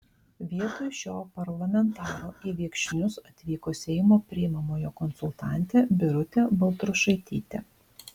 vietoj šio parlamentaro į viekšnius atvyko seimo priimamojo konsultantė birutė baltrušaitytė